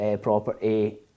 property